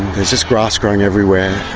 there's just grass growing everywhere.